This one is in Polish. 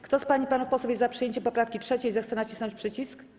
Kto z pań i panów posłów jest za przyjęciem poprawki 3., zechce nacisnąć przycisk.